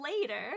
later